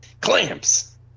clamps